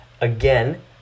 Again